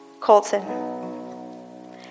Colton